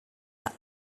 are